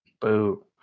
Boo